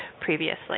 previously